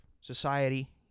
society